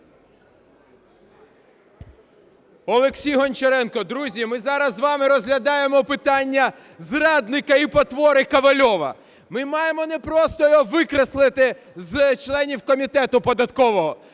Олексій Гончаренко. Друзі, ми зараз з вами розглядаємо питання зрадника і потвори Ковальова. Ми маємо не просто його викреслити з членів комітету податкового.